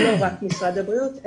לא רק משרד הבריאות,